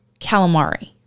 calamari